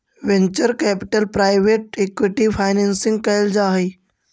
venture capital private equity financing कैल जा हई